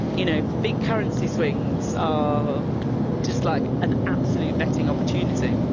you know, big currency swings are just like an absolute betting opportunity.